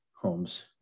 homes